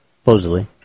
supposedly